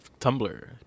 tumblr